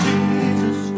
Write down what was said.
Jesus